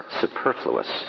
superfluous